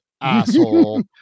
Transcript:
asshole